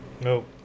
Nope